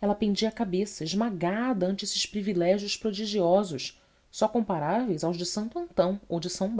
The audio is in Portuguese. ela pendia a cabeça esmagada ante estes privilégios prodigiosos só comparáveis aos de santo antão ou de são